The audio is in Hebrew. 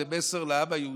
זה מסר לעם היהודי.